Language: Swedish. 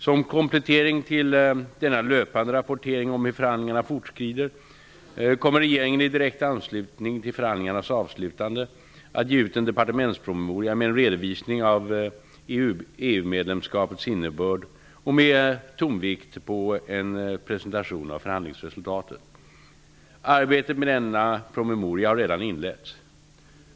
Som komplettering till denna löpande rapportering om hur förhandlingarna fortskrider, kommer regeringen i direkt anslutning till förhandlingarnas avslutande att ge ut en departementspromemoria med en redovisning av EU-medlemskapets innebörd med tonvikt på en presentation av förhandlingsresultatet. Arbetet med denna promemoria har redan inletts.